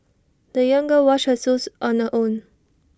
the young girl washed her shoes on her own